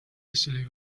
easily